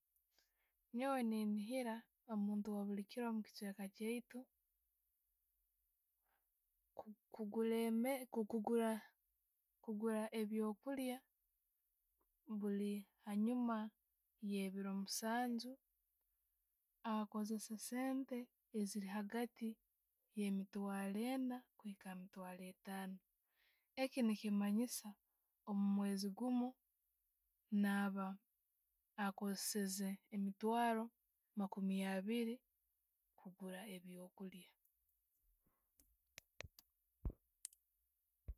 Nyoowe neniihiira omuntu wabulikiro omukichweka kaitu, ku- kugura kugura ebyokulya buli hanjuma ye'biiro musanju akozessa essente eziiri yaagatiye'emitwaro enna kwiika emitwaro etaano ekyo ne kimanyisa omumweezi guumu, naaba akozeseize emitwaromakuumi abiiri kuguura ebyo'kulya.